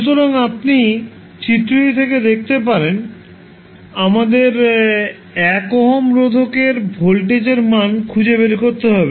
সুতরাং আপনি চিত্রটি থেকে দেখতে পারেন আমাদের 1 ওহম রোধকের ভোল্টেজের মান খুঁজে বের করতে হবে